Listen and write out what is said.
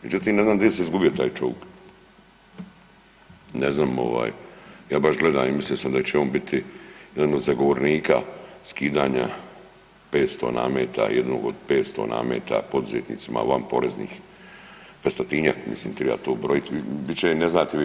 Međutim ne znam gdje se izgubio taj čovik, ne znam ja baš gledam i mislio sam da će on biti jedan od zagovornika skidanja 500 nameta, jednog od 500 nameta poduzetnicima van poreznih, 500-njak, mislim treba to brojiti, bit će ne znate vi.